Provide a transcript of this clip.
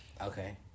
Okay